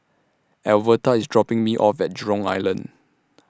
Alverta IS dropping Me off At Jurong Island